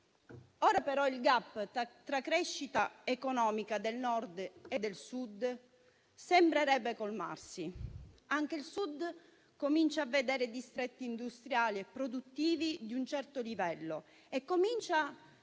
Ora, però, il *gap* tra crescita economica del Nord e del Sud sembrerebbe colmarsi: anche il Sud comincia a vedere distretti industriali e produttivi di un certo livello e inizia a